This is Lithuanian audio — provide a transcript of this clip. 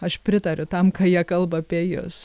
aš pritariu tam ką jie kalba apie jus